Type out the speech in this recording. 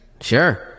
sure